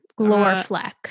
Glorfleck